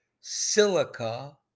silica